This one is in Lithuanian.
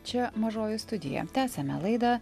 čia mažoji studija tęsiame laidą